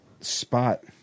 Spot